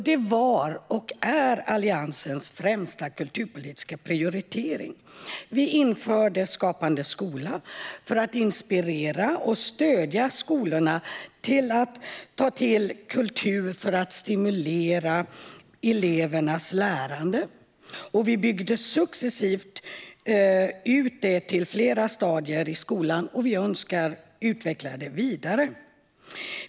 Det var och är Alliansens främsta kulturpolitiska prioritering. Vi införde Skapande skola för att inspirera och stödja skolorna att ta till kultur för att stimulera elevernas lärande. Vi byggde successivt ut det till flera stadier i skolan, och vi önskar att utveckla det vidare.